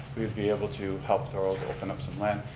we'd be able to help thorold open up some land.